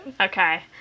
okay